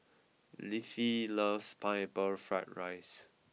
Leafy loves Pineapple Fried Rice